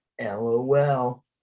LOL